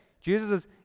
jesus